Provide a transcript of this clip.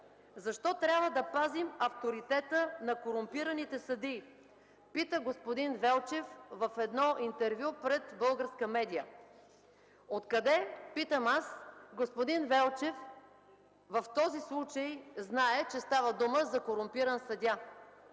„Защо трябва да пазим авторитета на корумпираните съдии?” – пита господин Велчев в едно интервю пред българска медия. От къде, питам аз, господин Велчев в този случай знае, че става дума за корумпиран съдия